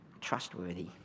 trustworthy